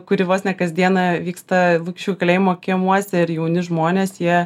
kuri vos ne kasdieną vyksta lukiškių kalėjimo kiemuose ir jauni žmonės jie